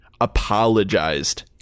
apologized